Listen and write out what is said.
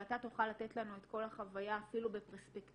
אבל אתה תוכל לתת לנו את כל החוויה אפילו בפרספקטיבה